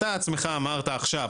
אתה בעצמך אמרת עכשיו,